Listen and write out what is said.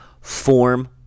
form